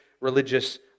religious